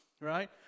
right